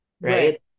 Right